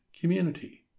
community